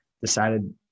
decided